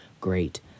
great